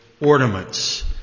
ornaments